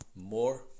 More